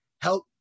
help